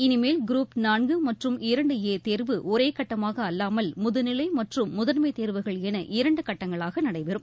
இளிமேல் group நான்கு மற்றும் இரண்டு ஏ தேர்வு ஒரேகட்டமாக அல்லாமல் முதுநிலை மற்றும் முதன்மை தேர்வுகள் என இரண்டு கட்டங்களாக நடைபெறும்